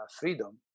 freedom